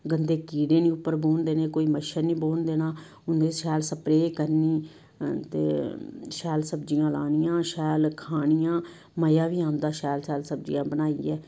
गंदे कीड़े नेईं उप्पर बौह्न देने कोई मच्छर नेईं बौह्न देना उंदे'र शैल स्प्रे करनी ते शैल सब्जियां लानियां शैल खानियां मजा बी आंदा शैल शैल सब्जियां बनाइयै